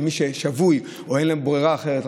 למי ששבוי או אין לו ברירה אחרת,